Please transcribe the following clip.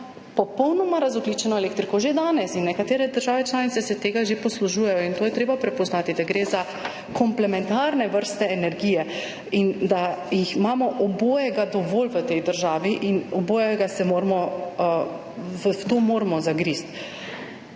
popolnoma razogljičeno elektriko že danes in nekatere države članice se tega že poslužujejo in to je treba prepoznati, da gre za komplementarni vrsti energije in da imamo obojega dovolj v tej državi in v to moramo zagristi.